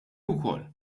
wkoll